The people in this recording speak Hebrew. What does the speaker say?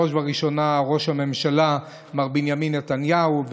בראש ובראשונה ראש הממשלה מר בנימין נתניהו,